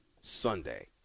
Sunday